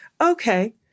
okay